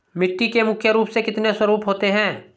मिट्टी के मुख्य रूप से कितने स्वरूप होते हैं?